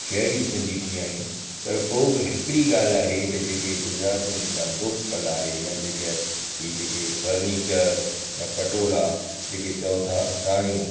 शहरी सिंधी थी विया आहियूं पर पोइ बि हिकड़ी ॻाल्हि आहे त जेके गुजरात में जेका लोक कला आहे या जेके हीअ जेके फर्नीचर या पटोला जेके चओ था साड़ियूं